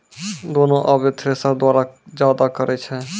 दौनी आबे थ्रेसर द्वारा जादा करै छै